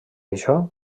això